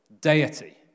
deity